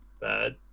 bad